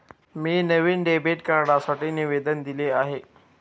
मी नवीन डेबिट कार्डसाठी निवेदन दिले आहे